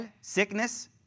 sickness